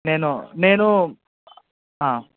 నేను నేను